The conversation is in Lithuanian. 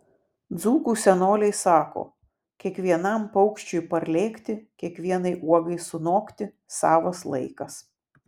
dzūkų senoliai sako kiekvienam paukščiui parlėkti kiekvienai uogai sunokti savas laikas